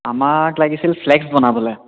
আমাক লাগিছিল ফ্লেগছ্ বনাবলৈ